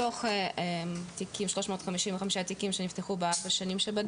פסק דין מתוך התיקים שנפתחו בארבע שנים,